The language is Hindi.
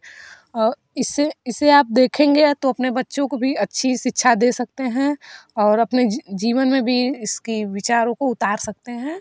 इसे इसे आप देखेंगे तो अपने बच्चों को भी अच्छी शिक्षा दे सकते हैं और अपने जीवन में भी इसकी विचारों को उतार सकते हैं